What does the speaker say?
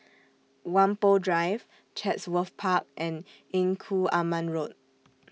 Whampoa Drive Chatsworth Park and Engku Aman Road